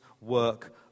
work